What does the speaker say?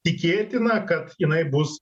tikėtina kad jinai bus